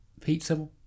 pizza